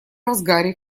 разгаре